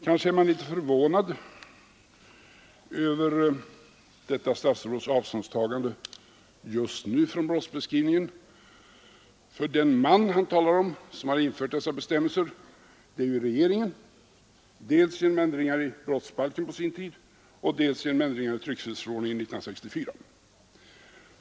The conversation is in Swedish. Kanske är man litet förvånad över detta statsrådets avståndstagande just nu från brottsbeskrivningen, för den ”man” han talar om som infört dessa bestämmelser är ju regeringen, dels genom ändringar i brottsbalken på sin tid, dels genom ändringar i tryckfrihetsförordningen 1964.